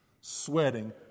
sweating